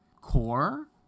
core